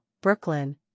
Brooklyn